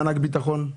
מענק ביטחון?